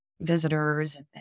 visitors